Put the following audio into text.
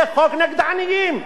זה חוק נגד עניים.